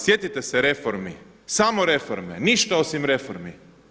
Sjetite se reformi, samo reforme, ništa osim reformi.